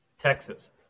Texas